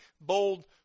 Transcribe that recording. bold